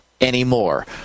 anymore